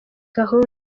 gahunda